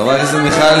חברת הכנסת מיכל